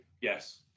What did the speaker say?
yes